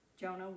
Jonah